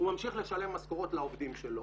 הוא ממשיך לשלם משכורות לעובדים שלו,